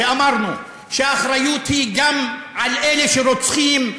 ואמרנו שהאחריות היא גם על אלה שרוצחים,